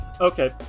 Okay